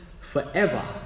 forever